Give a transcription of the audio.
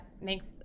makes